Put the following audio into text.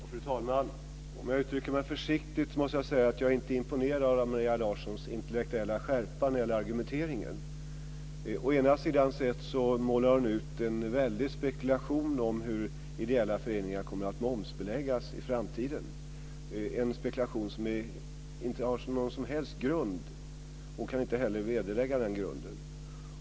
Fru talman! Om jag uttrycker mig försiktigt måste jag säga att jag inte är imponerad av Maria Larssons intellektuella skärpa när det gäller argumenteringen. Å ena sidan målar hon ut en väldig spekulation om hur ideella föreningar kommer att momsbeläggas i framtiden, en spekulation som inte har någon som helst grund. Hon kan inte heller vederlägga denna grund.